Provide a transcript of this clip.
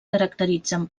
caracteritzen